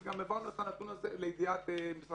שהם מגיעים להסכמה ביניהם מה תהיה הריבית,